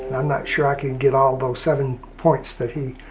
i'm not sure i can get all those seven points that he